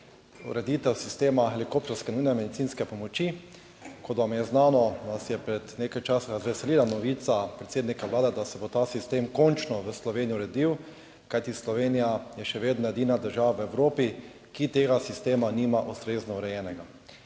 ureditev sistema helikopterske nujne medicinske pomoči. Kot vam je znano, nas je pred nekaj časa razveselila novica predsednika Vlade, da se bo ta sistem v Sloveniji končno uredil, kajti Slovenija je še vedno edina država v Evropi, ki tega sistema nima ustrezno urejenega.